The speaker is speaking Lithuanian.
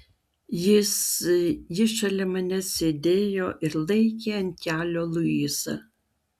jis jis šalia manęs sėdėjo ir laikė ant kelių luizą